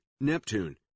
Neptune